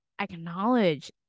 acknowledge